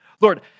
Lord